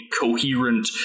coherent